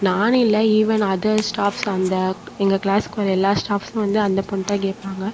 நான் இல்லை even others staffs அந்த எங்கள் கிளாஸ்க்கு வர எல்லா ஸ்டாஃப்ஸும் வந்து அந்த பொண்கிட்ட தான் கேட்பாங்க